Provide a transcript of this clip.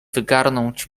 wygarnąć